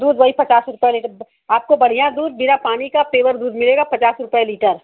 दूध वहीं पचास रुपये लीटर आपको बढ़िया दूध बिना पानी का पिवर दूध मिलेगा पचास रुपये लीटर